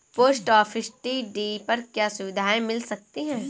Post office TD पर क्या सुविधाएँ मिल सकती है?